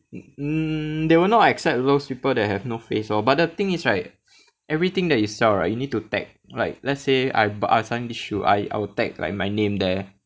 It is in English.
mm they will not accept those people that have no face lor but the thing is right everything that you sell right you need to tag like let's say I buy I selling this shoe I'll I will tag like my name there